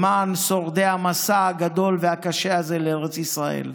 למען שורדי המסע הגדול והקשה הזה לארץ ישראל.